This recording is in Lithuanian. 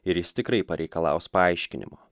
ir jis tikrai pareikalaus paaiškinimo